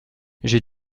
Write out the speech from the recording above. j’ai